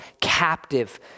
captive